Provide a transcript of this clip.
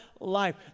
life